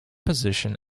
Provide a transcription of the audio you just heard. position